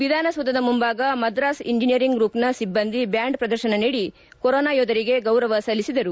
ವಿಧಾನಸೌಧದ ಮುಂಭಾಗ ಮದ್ರಾಸ್ ಇಂಜನಿಯರಿಂಗ್ ಗ್ರೂಪ್ನ ಸಿಬ್ಬಂದಿ ಬ್ಯಾಂಡ್ ಪ್ರದರ್ಶನ ನೀಡಿ ಕೊರೋನಾ ಯೋಧರಿಗೆ ಗೌರವ ಸಲ್ಲಿಸಿದರು